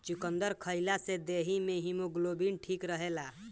चुकंदर खइला से देहि में हिमोग्लोबिन ठीक रहेला